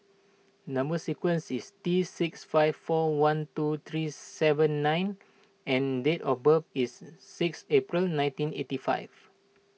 Number Sequence is T six five four one two three seven nine and date of birth is six April nineteen eighty five